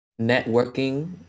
networking